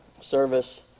service